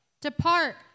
Depart